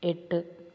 எட்டு